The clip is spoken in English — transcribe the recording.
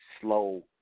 slow